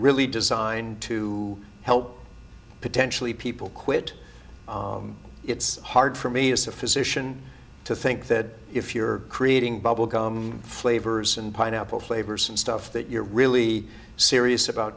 really designed to help potentially people quit it's hard for me as a physician to think that if you're creating bubble gum flavors and pineapple flavors and stuff that you're really serious about